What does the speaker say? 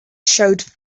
showed